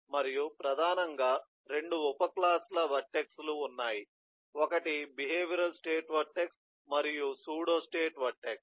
మరియు ప్రధానంగా 2 ఉప క్లాస్ ల వర్టెక్స్ లు ఉన్నాయి ఒకటి బిహేవియరల్ స్టేట్ వర్టెక్స్ మరియు సూడోస్టేట్ వర్టెక్స్